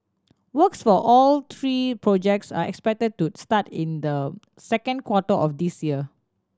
works for all three projects are expected to start in the second quarter of this year